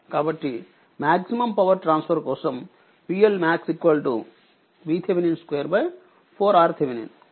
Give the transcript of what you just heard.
కాబట్టి maximum power transfer కోసంPLmax VThevenin2 4 RThevenin కాబట్టి 76